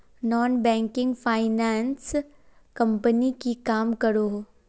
Non banking finance company की काम करोहो?